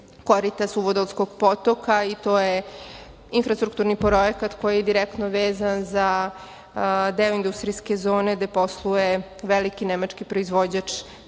korita Suvodolskog potoka, to je infrastrukturni projekat koji je direktno vezan za deo industrijske zone gde posluje veliki nemački proizvođač